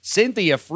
Cynthia